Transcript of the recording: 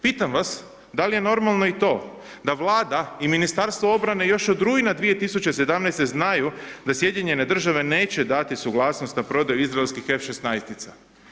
Pitam vas da li je normalno i to da Vlada i Ministarstvo obrane još od rujna 2017. znaju da Sjedinjene Države neće dati suglasnost na prodaju izraelskih F16-tica?